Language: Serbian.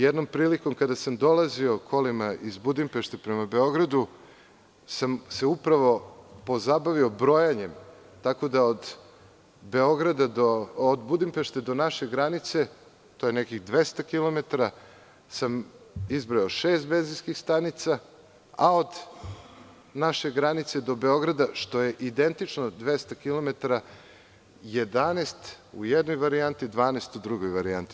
Jednom prilikom kada sam dolazio kolima iz Budimpešte prema Beogradu, upravo sam se pozabavio brojanjem, tako da od Budimpešte do naše granice, to je nekih 200 kilometara, izbrojao sam šest benzinskih stanica, a od naše granice do Beograda, što je identično 200 kilometara, 11 u jednoj varijanti, 12 u drugoj varijanti.